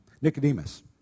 Nicodemus